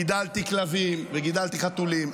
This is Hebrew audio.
גידלתי כלבים וגידלתי חתולים,